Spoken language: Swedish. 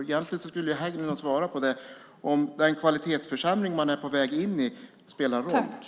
Egentligen skulle Hägglund ha svarat på det, om den kvalitetsförsämring man är på väg in i spelar roll.